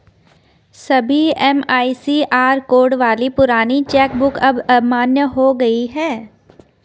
सभी MICR code वाली पुरानी चेक बुक अब अमान्य हो गयी है